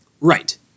Right